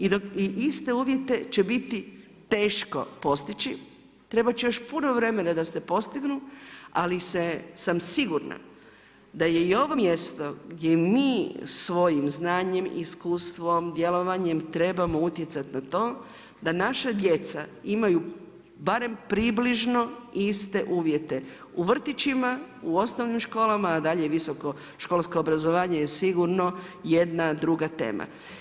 I dok iste uvjete će biti teško postići trebati će još uvijek puno vremena da se postignu ali se, sam sigurna da je i ovo mjesto gdje mi svojim znanjem, iskustvom, djelovanjem trebamo utjecati na to da naša djeca imaju barem približno iste uvjete u vrtićima, u osnovnim školama a dalje visoko školsko obrazovanje je sigurno jedna druga tema.